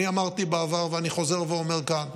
אמרתי בעבר ואני חוזר ואומר כאן: